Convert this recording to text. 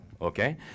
Okay